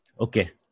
Okay